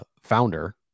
founder